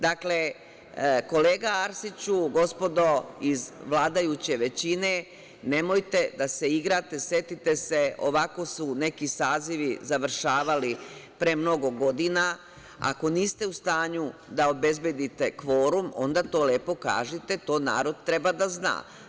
Dakle, kolega Arsiću, gospodo iz vladajuće većine, nemojte da se igrate, setite se ovako su neki sazivi završavali pre mnogo godina, ako niste u stanju da obezbedite kvorum onda to lepo kažite, to narod treba da zna.